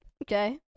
Okay